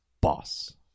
Boss